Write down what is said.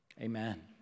amen